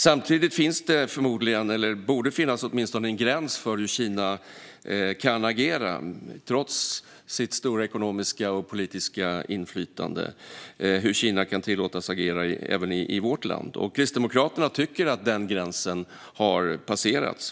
Samtidigt finns det förmodligen, eller det borde åtminstone finnas, en gräns för hur Kina kan agera trots sitt stora ekonomiska och politiska inflytande, även för hur Kina kan tillåtas agera i vårt land. Kristdemokraterna tycker att den gränsen har passerats.